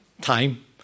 time